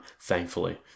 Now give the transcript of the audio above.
thankfully